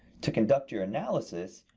to conduct your analysis,